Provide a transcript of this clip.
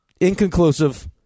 inconclusive